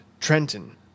Trenton